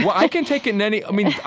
i can take it in any i mean,